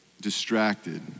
distracted